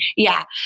yeah,